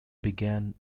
began